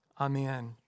Amen